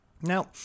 Now